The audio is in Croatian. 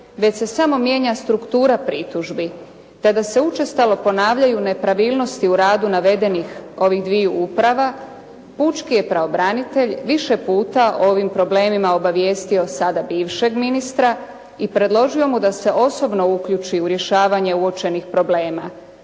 već se samo mijenja struktura pritužbi, tada se učestalo ponavljaju nepravilnosti u radu navedenih ovih dviju uprava, pučki je pravobranitelj više puta o ovim problemima obavijestio sada bivšeg ministra i predložio mu da se osobno uključi u rješavanje uključenih problema